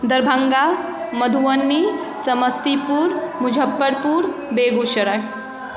Darbhanga Madhubani Samastipur Muzaffarpur Begusarai